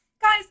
guys